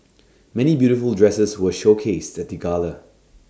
many beautiful dresses were showcased at the gala